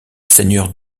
seigneur